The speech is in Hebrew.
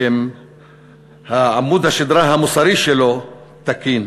אם עמוד השדרה המוסרי שלו תקין.